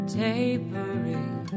tapering